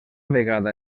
vegada